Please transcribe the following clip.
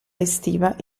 estiva